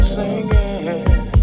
singing